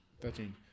Thirteen